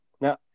Now